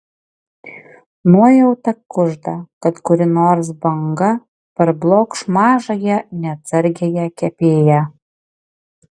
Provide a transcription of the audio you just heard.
nuojauta kužda kad kuri nors banga parblokš mažąją neatsargiąją kepėją